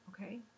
Okay